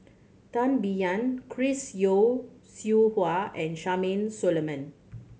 Tan Biyun Chris Yeo Siew Hua and Solomon